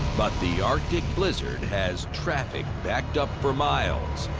but the arctic blizzard has traffic backed up for miles.